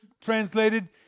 translated